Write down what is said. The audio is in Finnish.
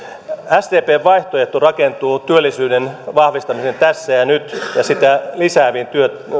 sdpn vaihtoehto rakentuu työllisyyden vahvistamiseen tässä ja nyt ja sitä lisääviin